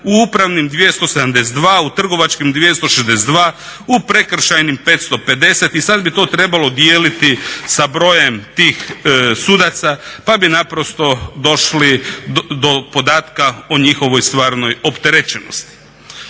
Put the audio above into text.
u upravnim 272, u trgovačkim 262, u prekršajnim 550 i sad bi to trebalo dijeliti sa brojem tih sudaca pa bi naprosto došli do podatke o njihovoj stvarnoj opterećenosti.